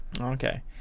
Okay